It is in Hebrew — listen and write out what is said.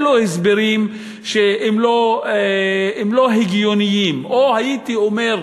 אלה הסברים לא הגיוניים, או, הייתי אומר,